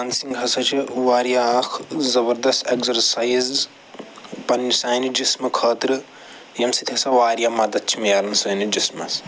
dancing ہسا چھِ وارِیاہ اکھ زبردس اٮ۪کزرسایز پنٕنۍ سانہِ جِسمہٕ خٲطرٕ ییٚمہِ سۭتۍ ہسا وارِیاہ مدتھ چھِ مِلان سٲنِس جِسمس